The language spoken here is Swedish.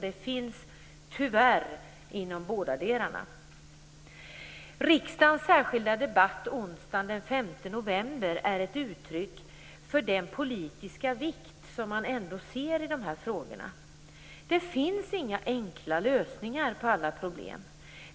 Det finns tyvärr vanvård inom båda delarna. Riksdagens särskilda debatt onsdagen den 5 november är uttryck för den politiska vikt man ändå ser i dessa frågor. Det finns inga enkla lösningar på alla problem.